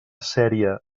sèrie